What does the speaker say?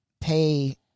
pay